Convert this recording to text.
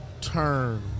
turn